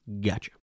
Gotcha